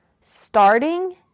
Starting